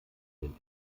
den